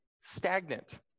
stagnant